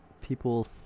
people